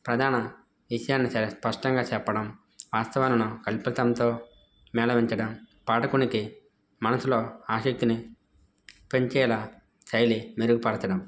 ప్రధాన విషయాన్ని స స్పష్టంగా చెప్పడం వాస్తవాలను కల్పితంతో మేలవించడం పాటకునికి మనసులో ఆసక్తిని పెంచేలా శైలి మెరుగుపడచడం